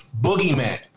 boogeyman